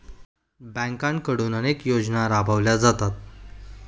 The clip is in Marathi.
बँकांकडून अनेक योजना राबवल्या जातात